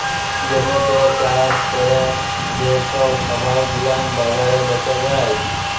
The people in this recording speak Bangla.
জমিতে চাষ ক্যরে যে সব খাবার গুলা বাজারে বেচা যায়